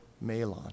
Malon